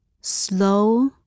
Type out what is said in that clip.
slow